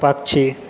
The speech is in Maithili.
पक्षी